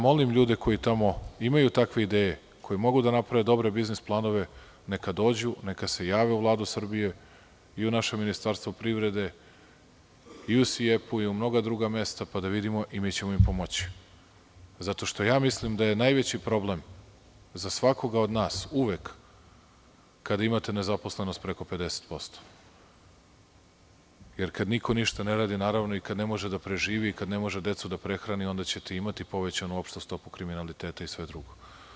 Molim ljude koji tamo imaju takve ideje, koje mogu da naprave dobre biznis planove, neka dođu, neka se jave u Vladu Srbije, i u naše Ministarstvo privrede i u Siepu, i u mnoga druga mesta, pa da vidimo i mi ćemo im pomoći zato što ja mislim da je najveći problem za svakoga od nas uvek kada imate nezaposlenost preko 50%, jer kad niko ništa ne radi, naravno i kada ne može da proživi, kad ne može decu da prehrani, onda ćete imati povećanu opštu stopu kriminaliteta i sve drugo.